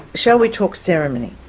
shall we talk ceremony,